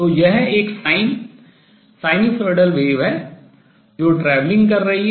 तो यह एक sin ज्यावक्रीय तरंग है जो travelling यात्रा कर रही है